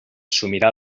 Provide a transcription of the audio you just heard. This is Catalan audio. assumirà